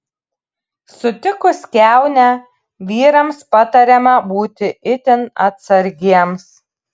sutikus kiaunę vyrams patariama būti itin atsargiems